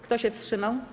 Kto się wstrzymał?